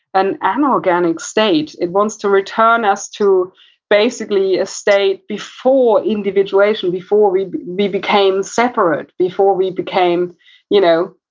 an anorganic state. it wants to return us to basically a state before individuation, before we we became separate, before we became you know,